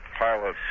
pilot